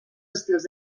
estils